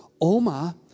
Oma